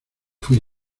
fui